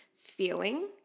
feeling